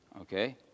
Okay